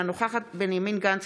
אינה נוכחת בנימין גנץ,